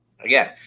Again